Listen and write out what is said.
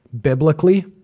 Biblically